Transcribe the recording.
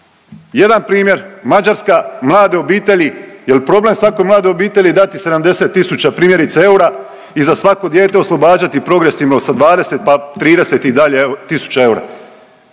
Jedan primjer, Mađarska, mlade obitelji, jel problem svakoj mladoj obitelji dati 70 tisuća primjerice eura i za svako dijete oslobađati progresivno sa 20, pa 30 i dalje tisuća eura,